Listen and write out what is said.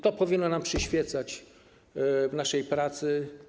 To powinno nam przyświecać w naszej pracy.